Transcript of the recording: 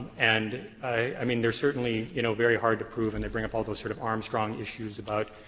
and i mean, they're certainly, you know, very hard to prove and they bring up all those sort of armstrong issues about,